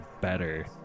better